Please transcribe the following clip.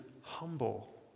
humble